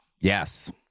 Yes